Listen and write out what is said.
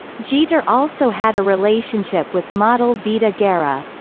jeter also had a relationship with model vida guerra.